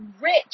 rich